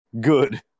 Good